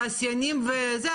התעשיינים וזה,